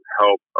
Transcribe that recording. help